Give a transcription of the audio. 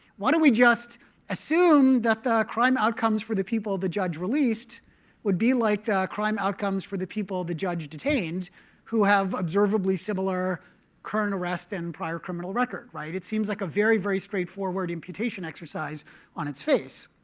why don't we just assume that the crime outcomes for the people the judge released would be like the crime outcomes for the people the judge detained who have observably similar current arrests and prior criminal record, right? it seems like a very, very straightforward imputation exercise on its face.